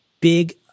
big